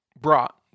brought